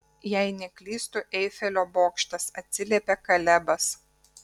jei neklystu eifelio bokštas atsiliepė kalebas